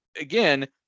again